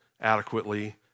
adequately